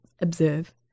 observe